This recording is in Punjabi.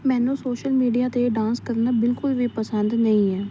ਮੈਨੂੰ ਸੋਸ਼ਲ ਮੀਡੀਆ 'ਤੇ ਡਾਂਸ ਕਰਨਾ ਬਿਲਕੁਲ ਵੀ ਪਸੰਦ ਨਹੀਂ ਹੈ